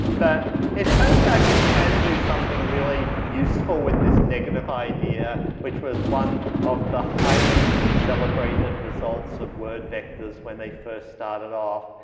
but it turns out you can do something really useful with this negative idea which was one of the highly celebrated results of word vectors when they first started off.